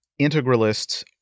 integralists